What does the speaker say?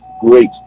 great